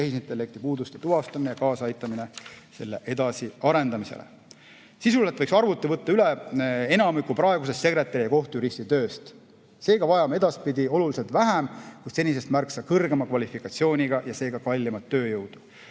tehisintellekti puuduste tuvastamine ja kaasaaitamine selle edasiarendamisele. Sisuliselt võiks arvuti võtta üle enamiku praegusest sekretäri ja kohtujuristi tööst. Seega vajame edaspidi oluliselt vähem, kuid senisest märksa kõrgema kvalifikatsiooniga ja seega kallimat tööjõudu.